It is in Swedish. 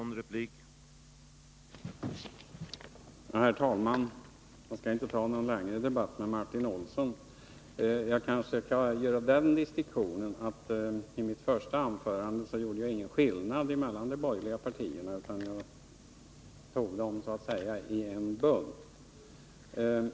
Herr talman! Jag skall inte ta någon längre debatt med Martin Olsson. I mitt huvudanförande gjorde jag ingen skillnad mellan de borgerliga partierna utan tog dem så att säga i en bunt.